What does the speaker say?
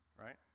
right